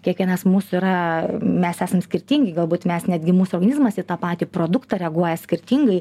kiekvienas mūsų yra mes esam skirtingi galbūt mes netgi mūsų organizmas į tą patį produktą reaguoja skirtingai